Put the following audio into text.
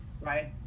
right